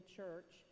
Church